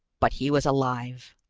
but he was alive.